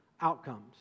outcomes